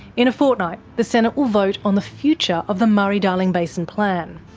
in a fortnight, the senate will vote on the future of the murray-darling basin plan.